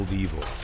evil